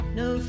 no